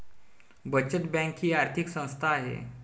बचत बँक ही आर्थिक संस्था आहे